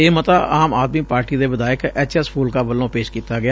ਇਹ ਮੱਤਾ ਆਮ ਆਦਮੀ ਪਾਰਟੀ ਦੇ ਵਿਧਾਇਕ ਐਚ ਐਸ ਫੁਲਕਾ ਵੱਲੋਂ ਪੇਸ਼ ਕੀਤਾ ਗਿਆ